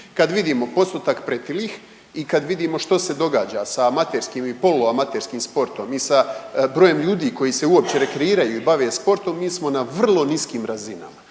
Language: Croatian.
Kad vidimo postotak pretilih i kad vidimo što se događa sa amaterskim i poluamaterskim sportom i sa brojem ljudi koji se uopće rekreiraju i bave sportom mi smo na vrlo niskim razinama.